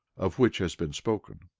of which has been spoken.